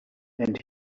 and